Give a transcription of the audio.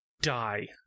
die